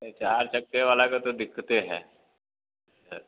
नहीं चार चक्के वाला का तो दिक्कते है इधर